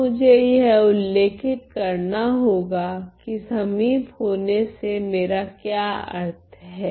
अब मुझे यह उल्लेखित करना होगा कि समीप होने से मेरा क्या अर्थ हैं